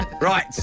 Right